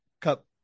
cup